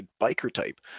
biker-type